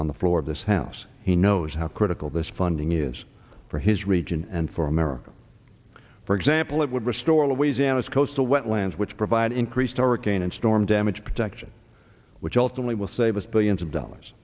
on the floor of this house he knows how critical this funding is for his region and for america for example it would restore a ways and it's coastal wetlands which provide increased arcane and storm damage protection which ultimately will save us billions of dollars